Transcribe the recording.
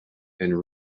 and